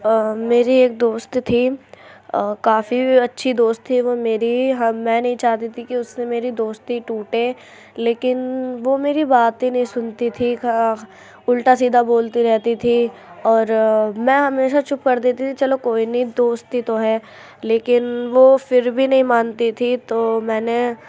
میری ایک دوست تھی کافی اچھی دوست تھی وہ میری میں چاہتی تھی کہ اس سے میری دوستی ٹوٹے لیکن وہ میری باتیں نہیں سنتی تھی الٹا سیدھا بولتی رہتی تھی اور میں ہمیشہ چپ کر دیتی تھی چلو کوئی نہیں دوست ہی تو ہے لیکن وہ پھر بھی نہیں مانتی تھی تو میں نے